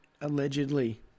allegedly